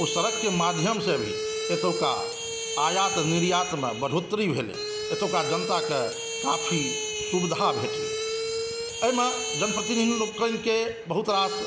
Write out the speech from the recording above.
ओ सड़कके माध्यमसे भी एतुका आयत निर्यातमे बढ़ोतरी भेलै एतुका जनताके काफ़ी सुविधा भेटलै एहिमे जनप्रतिनिधि लोकनिकें बहुत रास